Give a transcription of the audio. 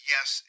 Yes